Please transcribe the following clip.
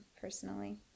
personally